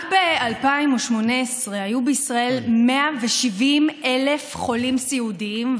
רק ב-2018 היו בישראל 170,000 חולים סיעודיים,